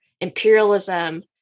imperialism